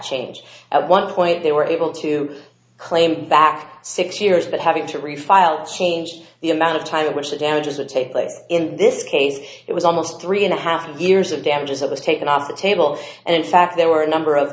change at one point they were able to claim back six years but having to refile changed the amount of time in which the damages would take place in this case it was almost three and a half years of damages it was taken off the table and in fact there were a number of